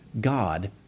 God